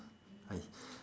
!aiya!